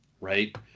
right